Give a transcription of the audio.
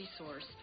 resource